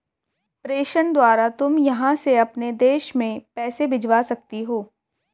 प्रेषण द्वारा तुम यहाँ से अपने देश में पैसे भिजवा सकती हो